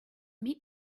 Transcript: meet